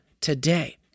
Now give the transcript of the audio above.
today